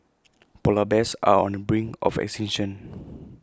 Polar Bears are on the brink of extinction